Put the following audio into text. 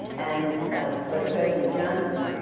and but president johnson